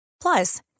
Plus